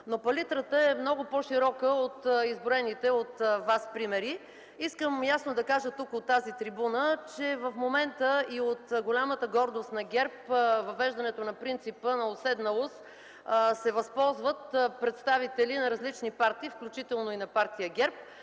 но палитрата е много по-широка от изброените от Вас примери. Искам ясно да кажа от тази трибуна, че в момента от голямата гордост на ГЕРБ – въвеждането на принципа на уседналост, се възползват представители на различни партии, включително и на Партия ГЕРБ.